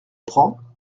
prend